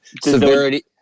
severity